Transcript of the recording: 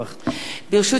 ברשות היושב-ראש,